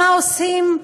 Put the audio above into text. מה עושים?